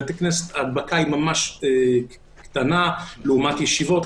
בבתי כנסת ההדבקה ממש קטנה לעומת ישיבות,